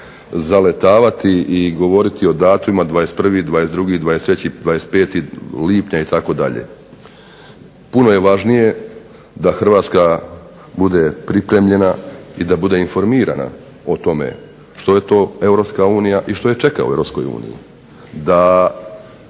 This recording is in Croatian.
zaletavati i govoriti o datumima 21., 22., 23., 25.lipnja itd. Puno je važnije da Hrvatska bude pripremljena i da bude informirana o tome što je to Europska unija i što je čeka u Europskoj uniji.